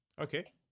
Okay